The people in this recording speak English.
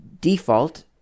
default